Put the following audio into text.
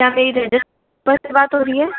क्या मेरी से बात हो रही है